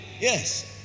Yes